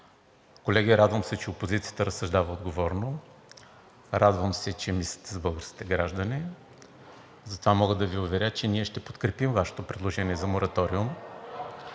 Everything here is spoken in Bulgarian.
Колеги, радвам се, че опозицията разсъждава отговорно, радвам се, че мислите за българските граждани. Затова мога да Ви уверя, че ние ще подкрепим Вашето предложение за мораториум